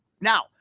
Now